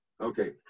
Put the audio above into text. Okay